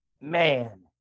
man